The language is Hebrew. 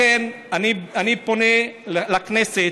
לכן, אני פונה לכנסת: